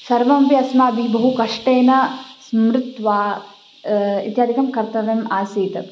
सर्वमपि अस्माभिः बहु कष्टेन स्मृत्वा इत्यादिकं कर्तव्यम् आसीत्